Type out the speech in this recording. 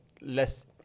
less